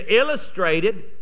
illustrated